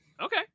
Okay